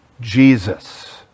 Jesus